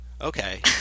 Okay